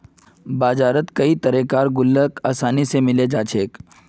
बजारत कई तरह कार गुल्लक आसानी से मिले जा छे